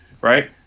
right